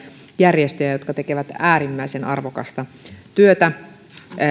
järjestöjä jotka tekevät äärimmäisen arvokasta